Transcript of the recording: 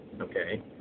okay